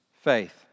faith